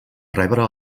rebre